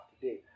today